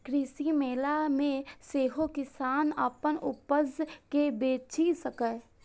कृषि मेला मे सेहो किसान अपन उपज कें बेचि सकैए